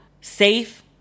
safe